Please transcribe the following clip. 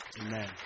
Amen